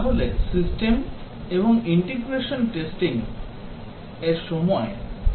তাহলে সিস্টেম এবং integration testing এর সময় পরীক্ষকরা এগুলি সম্পাদন করেন